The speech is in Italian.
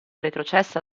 retrocessa